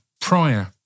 prior